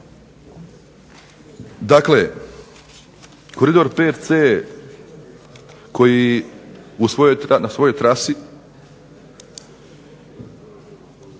Dakle, Koridor 5C koji u svojoj trasi